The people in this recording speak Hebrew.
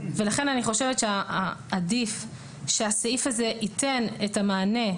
ולכן אני חושבת שעדיף שהסעיף הזה ייתן את המענה,